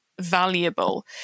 Valuable